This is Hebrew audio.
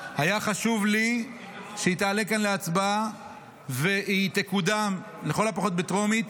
היה חשוב לי שהיא תעלה כאן להצבעה והיא תקודם לכל הפחות בטרומית,